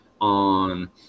on